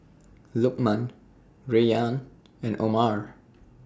Lukman Rayyan and Omar